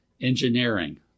engineering